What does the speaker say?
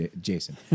Jason